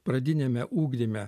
pradiniame ugdyme